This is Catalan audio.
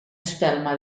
espelma